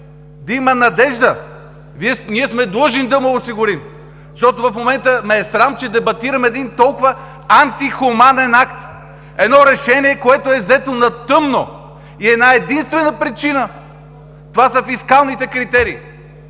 да има надежда, ние сме длъжни да му я осигурим. В момента ме е срам, че дебатираме един толкова антихуманен акт, едно решение, което е взето на тъмно, и една-единствена причина, а това са фискалните критерии.